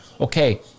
Okay